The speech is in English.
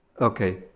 Okay